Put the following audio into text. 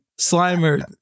Slimer